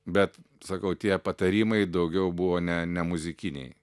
bet sakau tie patarimai daugiau buvo ne nemuzikiniai